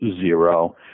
zero